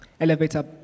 Elevator